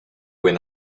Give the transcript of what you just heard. when